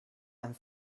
and